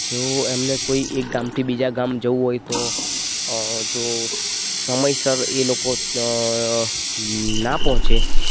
જેવું એમને કોઈ એક ગામથી બીજા ગામ જવું હોય તો જો સમયસર એ લોકો ના પહોંચે